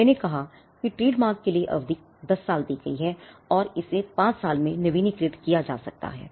मैंने कहा कि ट्रेडमार्क के लिए अवधि 10 साल दी गई है इसे हर 5 साल में नवीनीकृत किया जा सकता है